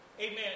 Amen